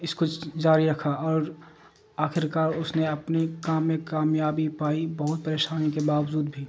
اس کوچ جاری رکھا اور آخرکار اس نے اپنے کام میں کامیابی پائی بہت پریشانی کے باوجود بھی